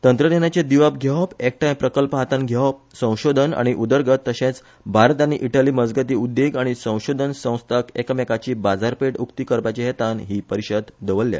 तंत्रज्ञानाचे दिवप घेवप एकठाय प्रकल्प हातान घेवप संशोधन आनी उदरगत तशेच भारत आनी इटली मजगती उद्देग आनी संशोधन संस्थाक एकामेकाची बाजारपेठ उक्ती करपाचे हेतान ही परिषद दवरल्या